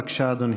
בבקשה, אדוני.